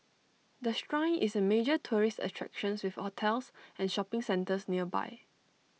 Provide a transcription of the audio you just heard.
the Shrine is A major tourist attractions with hotels and shopping centres nearby